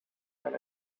than